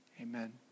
amen